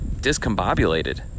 discombobulated